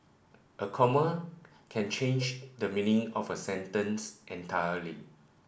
a comma can change the meaning of a sentence entirely